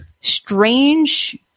strange